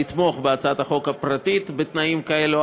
לתמוך בהצעת החוק הפרטית בתנאים כאלה או